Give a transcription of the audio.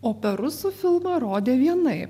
o per rusų filmą rodė vienaip